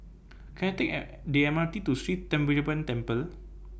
Can I Take An The M R T to Sri Thendayuthapani Temple